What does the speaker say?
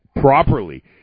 properly